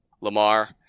Lamar